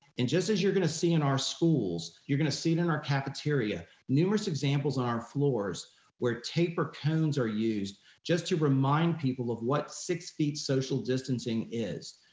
and just as you're gonna see in our schools, you're gonna see it in our cafeteria, numerous examples on our floors where taper cones are used just to remind people of what six feet social distancing is.